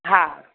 हा